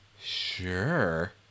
sure